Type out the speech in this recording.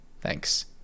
Thanks